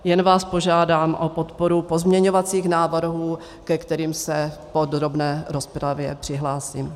Jen vás požádám o podporu pozměňovacích návrhů, ke kterým se v podrobné rozpravě přihlásím.